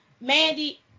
Mandy